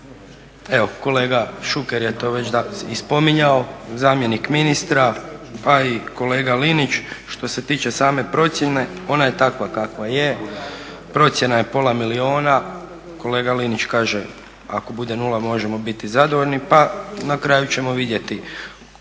Evo kolega Šuker je to već danas i spominjao, zamjenik ministra pa i kolega Linić, što se tiče same procjene ona je takva kakva je. Procjena je pola milijuna. Kolega Linić kaže ako bude 0 možemo biti zadovoljni. Pa na kraju ćemo vidjeti